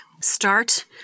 Start